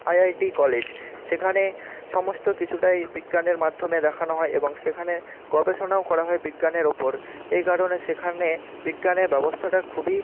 I I T college সেখানে সমস্ত কিছুটাই বিজ্ঞানের মাধ্যমে দেখানো হয় এবং সেখানে গবেষণাও করা হয় বিজ্ঞানের ওপর এই কারণে সেখানে বিজ্ঞানের ব্যবস্থাটা খুবই